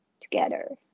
together